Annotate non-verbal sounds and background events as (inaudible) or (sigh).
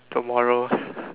tomorrow (laughs)